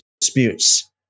disputes